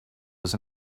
was